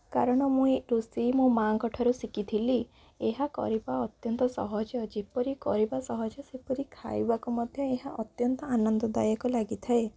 କାରଣ ମୁଁ ଏ ରୋଷେଇ ମୋ ମା'ଙ୍କଠାରୁ ଶିଖିଥିଲି ଏହା କରିବା ଅତ୍ୟନ୍ତ ସହଜ ଯେପରି କରିବା ସହଜ ସେପରି ଖାଇବାକୁ ମଧ୍ୟ ଏହା ଅତ୍ୟନ୍ତ ଆନନ୍ଦଦାୟକ ଲାଗିଥାଏ